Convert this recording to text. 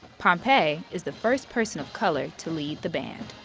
pompey is the first person of color to lead the band.